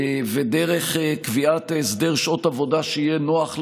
ודרך קביעת הסדר שעות עבודה שיהיה נוח לעובדים,